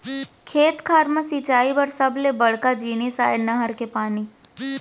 खेत खार म सिंचई बर सबले बड़का जिनिस आय नहर के पानी